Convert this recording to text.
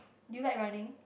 do you like running